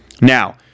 Now